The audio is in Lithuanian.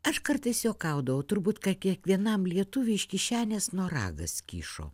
aš kartais juokaudavau turbūt ką kiekvienam lietuviui iš kišenės noragas kyšo